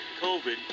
COVID